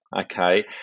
okay